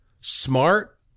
smart